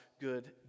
good